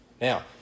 now